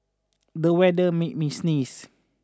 the weather made me sneeze